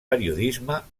periodisme